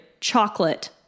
chocolate